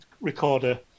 recorder